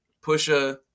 Pusha